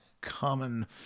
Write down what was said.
common